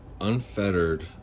unfettered